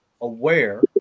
aware